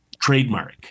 trademark